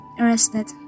arrested